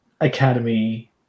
Academy